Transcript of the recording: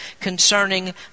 concerning